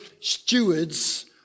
stewards